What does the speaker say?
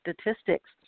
statistics